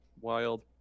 wild